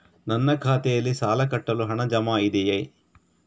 ನನ್ನ ಖಾತೆಯಲ್ಲಿ ಸಾಲ ಕಟ್ಟಲು ಹಣ ಜಮಾ ಇದೆಯೇ?